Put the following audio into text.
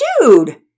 Dude